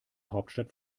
hauptstadt